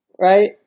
right